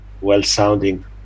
well-sounding